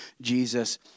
Jesus